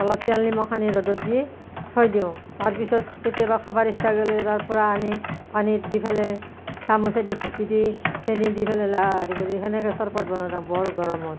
অলপ তেল নিমখ সানি ৰ'দত দি থৈ দিওঁ তাৰ পিছত কেতিয়াবা খাবাৰ ইচ্ছা গ'লে তাৰ পৰা আনি পানীত দি ফেলে চামুচেদি ঘুটি দি চেনি দি ফেলে হেনেকৈ চৰপত বৰ গৰমত